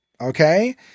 okay